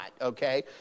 okay